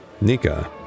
Nika